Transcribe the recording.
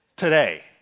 today